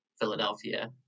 Philadelphia